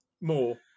more